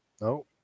No